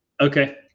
Okay